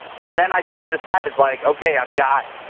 and then i just decided like, ok, i've got.